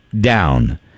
Down